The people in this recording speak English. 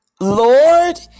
Lord